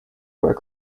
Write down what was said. were